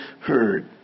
heard